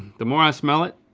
the more i smell it,